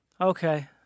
Okay